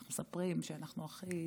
מספרים שאנחנו הכי